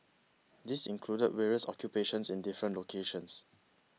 this included various occupations in different locations